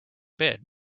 bid